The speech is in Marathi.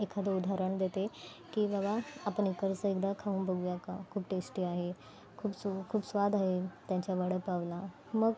एखादं उधाहरण देते की बाबा आपण इकडचं एकदा खाऊन बघूया का खूप टेस्टी आहे खूप चव खूप स्वाद आहे त्यांच्या वडेपावला मग